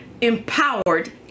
empowered